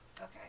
Okay